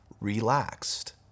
relaxed